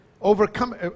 overcome